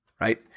right